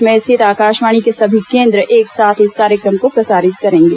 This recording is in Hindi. प्रदेश में स्थित आकाशवाणी के सभी केन्द्र एक साथ इस कार्यक्रम को प्रसारित करेंगे